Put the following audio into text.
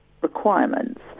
requirements